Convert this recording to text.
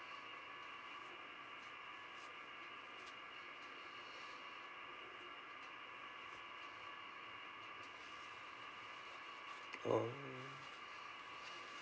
oh